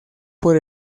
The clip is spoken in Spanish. por